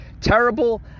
Terrible